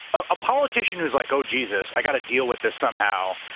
a politician who's like, oh jesus, i got to deal with this somehow.